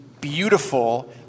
beautiful